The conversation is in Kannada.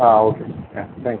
ಹಾಂ ಓಕೆ ತ್ಯಾಂಕ್ ತ್ಯಾಂಕ್ಸ್